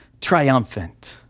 triumphant